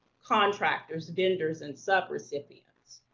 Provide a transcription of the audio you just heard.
contractors, vendors, and sub-recipients.